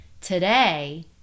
today